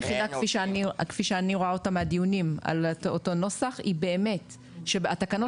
הבעיה היחידה כפי שאני רואה אותה מהדיונים על אותו נוסח היא באמת שהתקנות